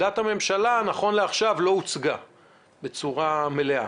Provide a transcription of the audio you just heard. עד עכשיו, עמדת הממשלה לא הוצגה בצורה מלאה.